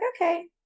okay